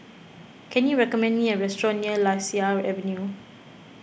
can you recommend me a restaurant near Lasia Avenue